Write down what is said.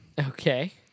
Okay